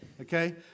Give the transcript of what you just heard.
okay